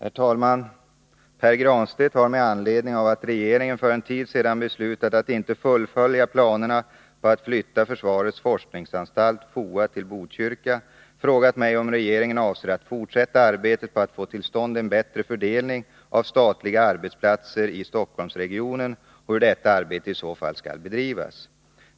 Herr talman! Pär Granstedt har, med anledning av att regeringen för en tid sedan beslutat att inte fullfölja planerna på att flytta försvarets forskningsanstalt till Botkyrka, frågat mig om regeringen avser att fortsätta arbetet på att få till stånd en bättre fördelning av statliga arbetsplatser i Stockholmsregionen och hur detta arbete i så fall skall bedrivas.